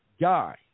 guy